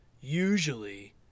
Usually